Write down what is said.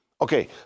Okay